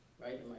right